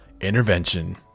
intervention